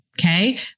Okay